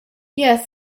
yes